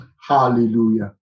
Hallelujah